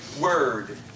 word